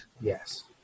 Yes